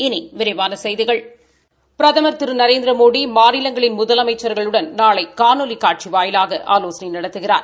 இனி விரிவான செய்திகள் பிரதமா் திரு நரேந்திரமோடி மாநிலங்களின் முதலமைச்ச்களுடன் நாளை காணொலி காட்சி வாயிலாக ஆலோசனை நடத்துகிறார்